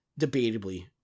debatably